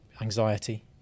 anxiety